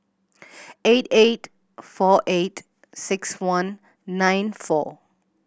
eight eight four eight six one nine four